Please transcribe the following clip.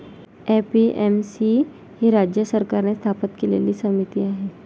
APMC ही राज्य सरकारने स्थापन केलेली समिती आहे